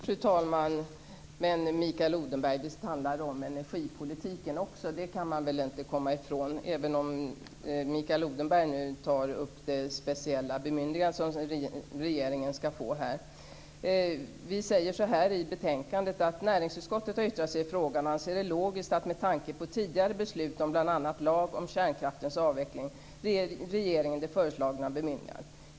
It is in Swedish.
Fru talman! Men, Mikael Odenberg, visst handlar det om energipolitiken också. Det kan man väl inte komma ifrån - även om Mikael Odenberg nu tar upp det speciella bemyndigandet som regeringen skall få. Vi säger så här i betänkandet: Näringsutskottet har yttrat sig i frågan och anser det logiskt att med tanke på tidigare beslut om bl.a. lag om kärnkraftens avveckling ge regeringen det föreslagna bemyndigandet.